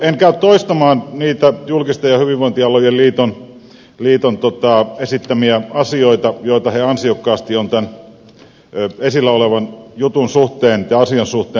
en käy toistamaan niitä julkisten ja hyvinvointialojen liiton esittämiä asioita joita he ansiokkaasti ovat tämän esillä olevan asian suhteen toimittaneet